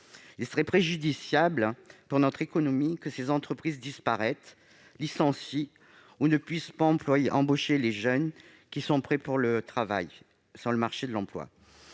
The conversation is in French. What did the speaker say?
Il serait préjudiciable à notre économie que ces entreprises disparaissent, licencient ou ne puissent pas embaucher les jeunes qui s'apprêtent à entrer sur le marché du travail.